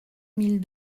mille